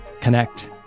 connect